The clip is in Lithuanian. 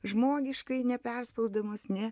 žmogiškai neperspausdamas ne